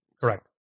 Correct